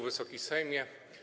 Wysoki Sejmie!